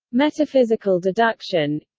metaphysical deduction